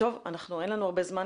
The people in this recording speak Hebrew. אין לנו הרבה זמן,